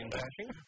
bashing